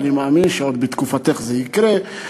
אבל אני מאמין שעוד בתקופתך זה יקרה,